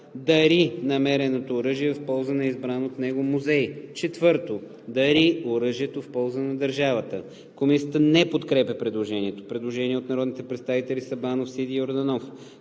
дари намереното оръжие в полза на избран от него музей; 4. дари оръжието в полза на държавата.“ Комисията не подкрепя предложението. Предложение на народните представители Александър Сабанов,